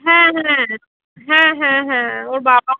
হ্যাঁ হ্যাঁ হ্যাঁ হ্যাঁ হ্যাঁ ওর বাবা